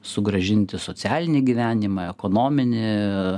sugrąžinti socialinį gyvenimą ekonominį